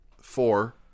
four